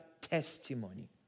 testimony